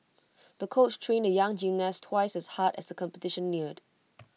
the coach trained the young gymnast twice as hard as the competition neared